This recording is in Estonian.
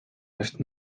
just